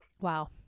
Wow